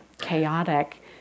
chaotic